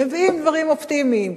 מביאים דברים אופטימיים.